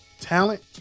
talent